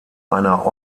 einer